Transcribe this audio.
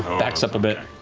backs up a bit.